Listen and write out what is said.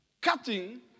cutting